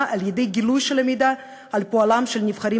על-ידי גילוי של המידע על פועלם של הנבחרים,